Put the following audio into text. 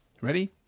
Ready